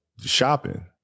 shopping